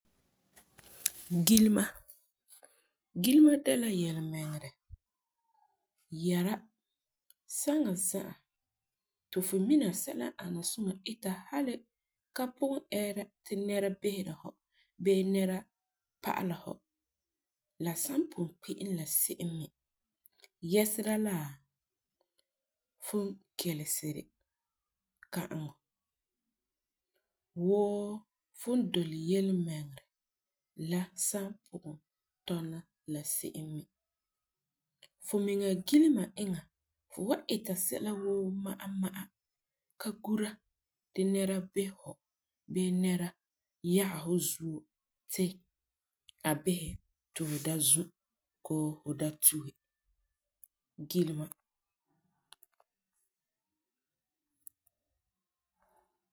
Gilema, gilema de la yelemiŋerɛ, yara saŋa za'a ti fu mina sɛla n ani suŋa ti hali ka pugum ɛɛra ti nɛra bisera fu bee nɛra pa'ala fu la san pugum kpe'em la se'em me, yɛsera la fu n keleseri kã'aŋa wuu fu n doli yelemiŋerɛ la san pugum tɔna la se'em me fu mina gilema inya fu wan ita sɛla woo ma'a ma'a ka gura nɛra bisɛ fu bee nɛra yaga fu zuo ti a bisɛ ti fu da zu koo fu da tue gilema.